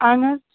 اَہَن حظ